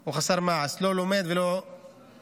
הוא חסר מעש, לא לומד ולא עובד.